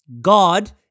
God